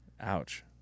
Ouch